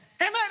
Amen